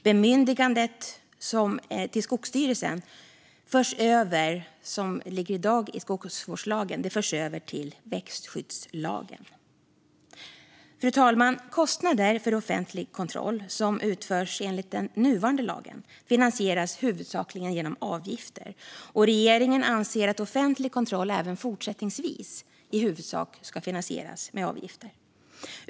Bemyndigandet till Skogsstyrelsen förs över från skogsvårdslagen, där det finns i dag, till växtskyddslagen. Fru talman! Kostnader för offentlig kontroll som utförs enligt den nuvarande växtskyddslagen finansieras huvudsakligen genom avgifter, och regeringen anser att offentlig kontroll även fortsättningsvis i huvudsak ska finansieras med avgifter.